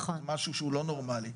משהו שהוא לא נורמלי,